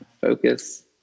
focus